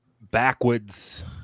backwards